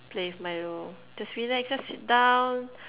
play with Milo just relax just sit down